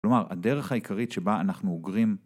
כלומר, הדרך העיקרית שבה אנחנו אוגרים...